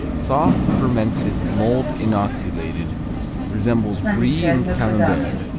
soft fermented mold-inoculated resembles brie and camembert,